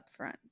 upfront